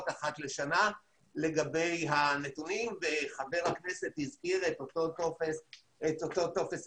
אחת לשנה לגבי הנתונים וחבר הכנסת הזכיר את אותו טופס הפיקוח.